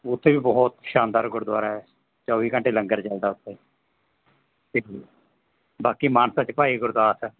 ਉੱਥੇ ਵੀ ਬਹੁਤ ਸ਼ਾਨਦਾਰ ਗੁਰਦੁਆਰਾ ਚੋਵੀ ਘੰਟੇ ਲੰਗਰ ਚੱਲਦਾ ਉੱਥੇ ਇੱਕੇ ਬਾਕੀ ਮਾਨਸਾ 'ਚ ਭਾਈ ਗੁਰਦਾਸ ਹੈ